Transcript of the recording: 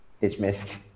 Dismissed